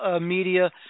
media